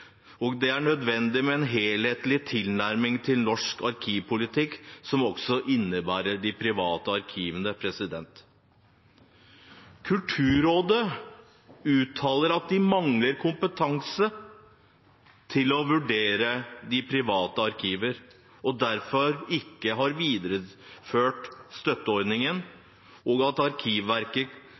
og det er nødvendig med en helhetlig tilnærming til norsk arkivpolitikk som også innebærer de private arkivene. Kulturrådet uttaler at de mangler kompetanse til å vurdere privatarkiver og derfor ikke har videreført støtteordningen, og at Arkivverket